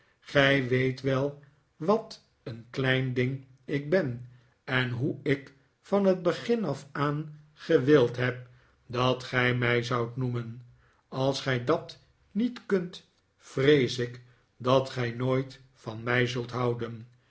gij weet wel wat een klein ding ik ben en hoe ik van het begin af aan gewild heb dat gij mij zoudt noemen als gij dat niet kunt vrees ik dat gij nooit van mij zult houden